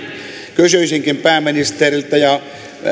kysyisinkin pääministeriltä ja